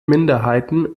minderheiten